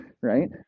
right